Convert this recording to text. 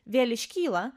vėl iškyla